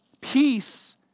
Peace